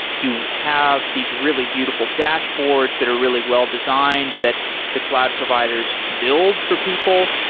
you have these really beautiful dashboards that are really well-designed that the cloud providers build for people.